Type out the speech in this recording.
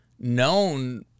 known